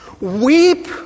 weep